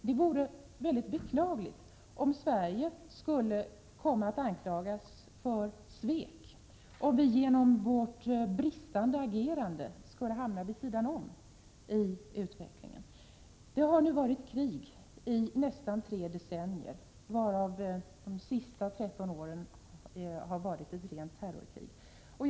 Det vore mycket beklagligt om Sverige skulle komma att anklagas för svek, om vi genom bristande agerande skulle hamna vid sidan om i utvecklingen. Det har nu varit krig i nästan tre decennier, varav det under de senaste 13 åren har varit ett rent terrorkrig.